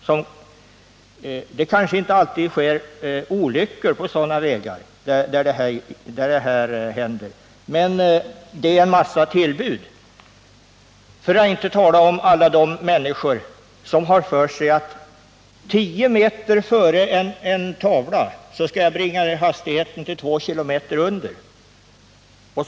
På de vägar där detta förekommer kanske det inte alltid sker olyckor, men det blir en massa tillbud. Och vi skall inte glömma bort alla de människor som har för sig att man 10 meter före en hastighetsskylt skall bringa ned hastigheten till 2 km under den anvisade.